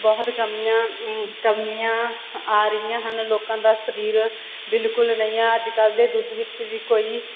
ਬਹੁਤ ਕਮੀਆਂ ਕਮੀਆਂ ਆ ਰਹੀਆਂ ਹਨ ਲੋਕਾਂ ਦਾ ਸਰੀਰ ਬਿਲਕੁਲ ਨਹੀਂ ਹੈ ਅੱਜ ਕੱਲ੍ਹ ਦੇ ਦੁੱਧ ਵਿੱਚ ਵੀ ਕੋਈ